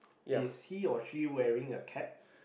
is he or she wearing a cap